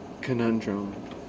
conundrum